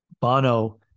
Bono